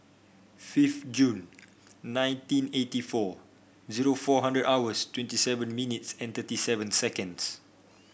fifth June nineteen eighty four zero four hundred hours twenty seven minutes and thirty seven seconds